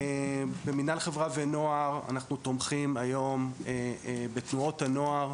במנהל חברה ונוער אנחנו תומכים היום בתנועות הנוער.